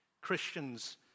Christians